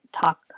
talk